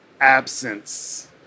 absence